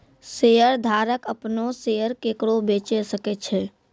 शेयरधारक अपनो शेयर केकरो बेचे सकै छै